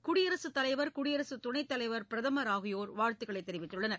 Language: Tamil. குடியரசு தலைவர் குடியரசு துணைத் தலைவர் பிரதமர் ஆகியோர் வாழ்த்து தெரிவித்துள்ளனர்